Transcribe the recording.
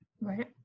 right